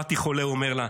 באתי חולה, הוא אומר לה.